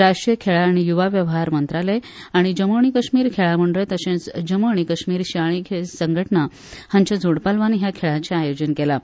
केंद्रीय खेळां आनी यूवा वेव्हार मंत्रालय आनी जम्मू आनी कश्मीर खेळां मंडळ तशेंच जम्मू आनी कश्मीर शिंयाळी खेळ संघटणा हांच्या जोड पालवान ह्या खेळांचे आयोजन केलां